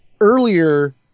earlier